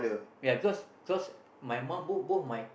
ya because because my mum both both my